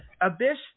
Abyss –